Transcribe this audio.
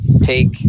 take